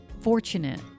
fortunate